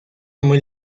muy